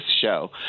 show